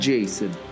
Jason